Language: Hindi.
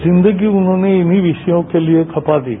जिंदगी उन्होंने इन्हीं विषयों के लिए खपा दी